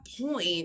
point